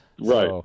Right